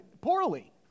poorly